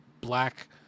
black